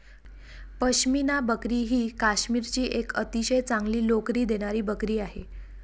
पश्मिना बकरी ही काश्मीरची एक अतिशय चांगली लोकरी देणारी बकरी आहे